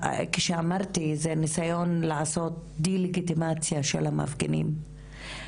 כשאמרתי איזה ניסיון לעשות דה לגיטימציה של המפגינים,